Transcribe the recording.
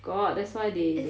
got that's why they they